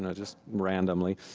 and just randomly,